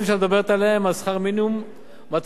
שכר המינימום מתחיל ב-7,100.